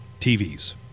TVs